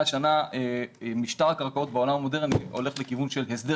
שנים משטר הקרקעות בעולם המודרני הולך לכיוון של הסדר